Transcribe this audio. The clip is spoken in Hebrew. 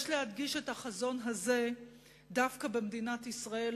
יש להדגיש את החזון הזה דווקא במדינת ישראל,